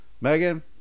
Megan